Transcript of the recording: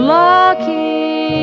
lucky